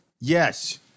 Yes